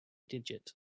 digit